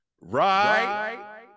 right